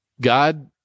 God